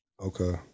Okay